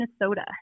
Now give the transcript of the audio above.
Minnesota